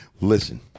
Listen